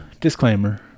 disclaimer